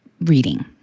reading